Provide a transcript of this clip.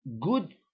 Good